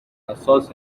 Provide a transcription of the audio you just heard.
اساس